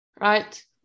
right